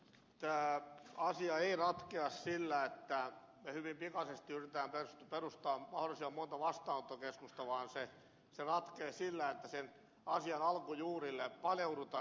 tämä asia ei ratkea sillä että me hyvin pikaisesti yritämme perustaa mahdollisimman monta vastaanottokeskusta vaan se ratkeaa sillä että sen asian alkujuurille paneudutaan